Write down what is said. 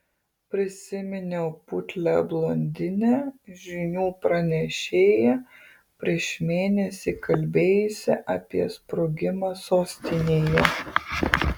prisiminiau putlią blondinę žinių pranešėją prieš mėnesį kalbėjusią apie sprogimą sostinėje